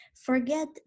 Forget